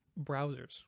browsers